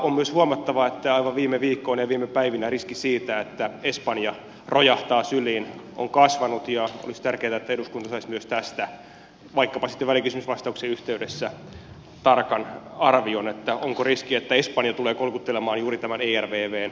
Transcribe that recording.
on myös huomattava että aivan viime viikkoina ja viime päivinä riski siitä että espanja rojahtaa syliin on kasvanut ja olisi tärkeätä että eduskunta saisi myös tästä vaikkapa sitten välikysymysvastauksen yhteydessä tarkan arvion että onko riski että espanja tulee kolkuttelemaan juuri tämän ervvn luukkua